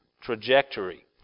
trajectory